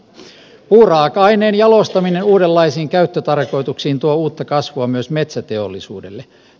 puuraaka aineen jalostaminen uudenlaisiin käyttötarkoituksiin tuo uutta kasvua myös metsäteollisuudelle